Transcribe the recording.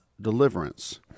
deliverance